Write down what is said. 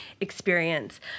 experience